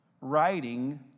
writing